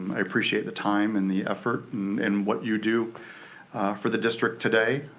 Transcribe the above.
i appreciate the time and the effort and what you do for the district today,